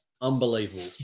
unbelievable